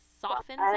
softens